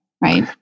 Right